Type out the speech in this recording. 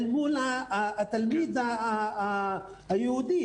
אל מול התלמיד היהודי,